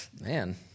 Man